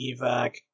evac